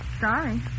Sorry